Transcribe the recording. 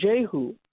Jehu